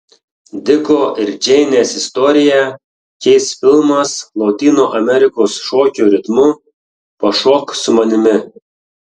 diko ir džeinės istoriją keis filmas lotynų amerikos šokių ritmu pašok su manimi